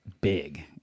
big